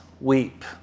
weep